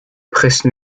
presse